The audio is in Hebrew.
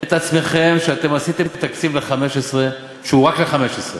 את עצמכם, שעשיתם תקציב ל-2015, שהוא רק ל-2015?